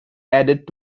added